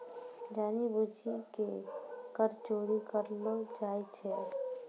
जानि बुझि के कर चोरी करलो जाय छै